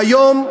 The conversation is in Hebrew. והיום,